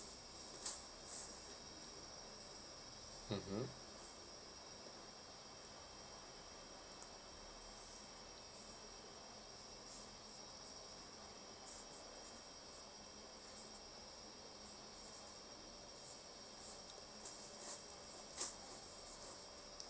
mmhmm